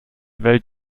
nicht